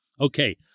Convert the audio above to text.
Okay